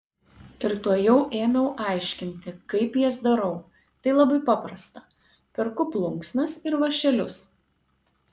ir tuojau ėmiau aiškinti kaip jas darau tai labai paprasta perku plunksnas ir vąšelius